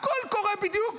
הכול קורה בדיוק,